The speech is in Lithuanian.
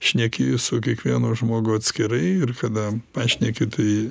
šneki su kiekvienu žmogu atskirai ir kada pašneki tai